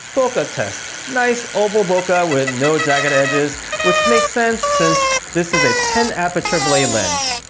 bokeh test. nice oval bokeh with no jagged edges. which makes sense since this is a ten aperture blade lens.